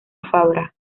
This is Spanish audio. fabra